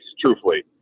truthfully